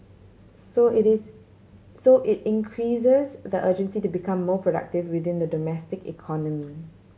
so it is so it increases the urgency to become more productive within the domestic economy